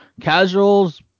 Casuals